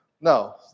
No